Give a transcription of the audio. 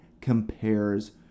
compares